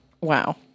Wow